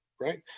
right